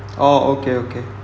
orh okay okay